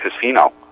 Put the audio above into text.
Casino